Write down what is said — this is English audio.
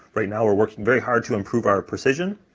right now, we're working very hard to improve our precision,